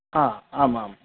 हा आम् आम्